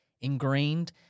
ingrained